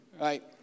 right